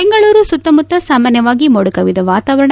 ಬೆಂಗಳೂರು ಸುತ್ತ ಮುತ್ತ ಸಾಮಾನ್ಜವಾಗಿ ಮೋಡಕವಿದ ವಾತಾವರಣ